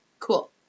Cool